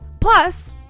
Plus